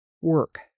work